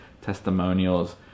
testimonials